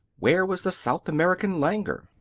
where was the south american languor?